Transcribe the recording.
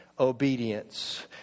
obedience